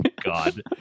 God